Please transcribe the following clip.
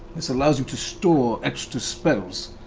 this allows you to store extra spells.